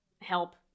help